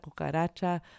Cucaracha